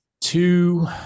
two